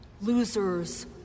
losers